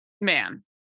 Man